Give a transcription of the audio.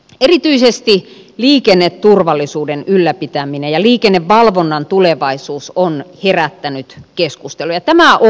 erityisesti liikenneturvallisuuden ylläpitäminen ja liikennevalvonnan tulevaisuus on herättänyt keskustelua ja tämä on ymmärrettävää